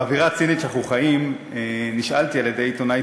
באווירה הצינית שאנחנו חיים בה נשאלתי על-ידי עיתונאי